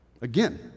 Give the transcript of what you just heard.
Again